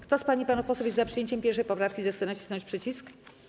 Kto z pań i panów posłów jest za przyjęciem 1. poprawki, zechce nacisnąć przycisk.